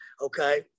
okay